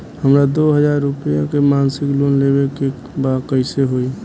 हमरा दो हज़ार रुपया के मासिक लोन लेवे के बा कइसे होई?